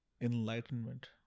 Enlightenment